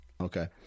Okay